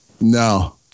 No